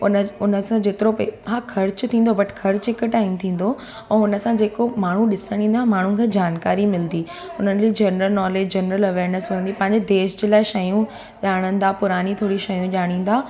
उन उन सां जेतिरो पेसा ख़र्चु थींदो पर ख़र्चु हिकु टाइम थींदो ऐं हुन सां जेको माण्हू ॾिसण ईंदा आहिनि माण्हुनि खे जानकारी मिलंदी उन्हनि जी जनरल नॉलेज जनरल अवेरनेस पंहिंजे देश जे लाइ शयूं ॼाणंदा पुराणी थोरी शयूं ॼाणींदा